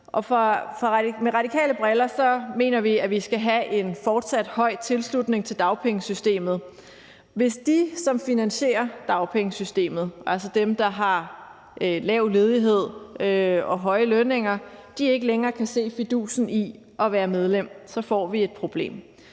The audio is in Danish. med Radikales briller mener vi, at vi skal have en fortsat høj tilslutning til dagpengesystemet. Hvis de, som finansierer dagpengesystemet, altså dem, der har lav ledighed og høje lønninger, ikke længere kan se fidusen i at være medlem, så får vi et problem.